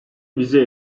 bizi